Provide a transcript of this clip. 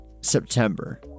September